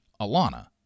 Alana